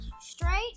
Straight